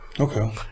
Okay